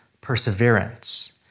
perseverance